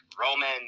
Roman